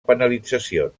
penalitzacions